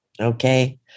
Okay